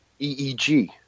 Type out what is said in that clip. EEG